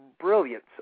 brilliance